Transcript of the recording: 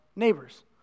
neighbors